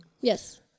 Yes